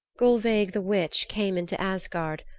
gulveig the witch came into asgard,